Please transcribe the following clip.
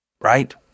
Right